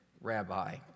rabbi